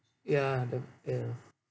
ya the fear